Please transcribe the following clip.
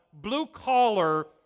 blue-collar